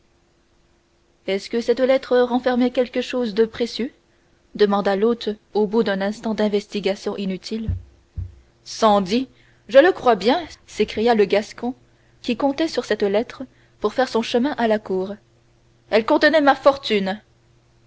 est-ce que cette lettre renfermait quelque chose de précieux demanda l'hôte au bout d'un instant d'investigations inutiles sandis je le crois bien s'écria le gascon qui comptait sur cette lettre pour faire son chemin à la cour elle contenait ma fortune